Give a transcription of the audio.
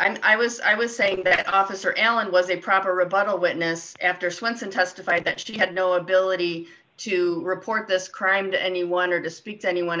i was i was saying that officer allen was a proper rebuttal witness after swanson testified that she had no ability to report this crime to anyone or to speak to anyone at